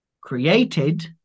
created